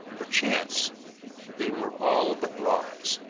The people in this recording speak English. perchance they were all but lies.